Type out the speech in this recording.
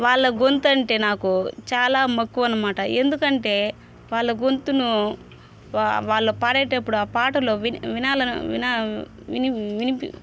వాళ్ళ గొంతు అంటే నాకు చాలా మక్కువ అనమాట ఎందుకంటే వాళ్ళ గొంతును వా వాళ్ళ పాడేటప్పుడు ఆ పాటలు వినాలని వినాల విని విని